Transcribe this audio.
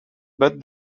but